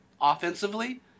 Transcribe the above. offensively